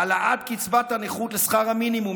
העלאת קצבת הנכות לשכר המינימום,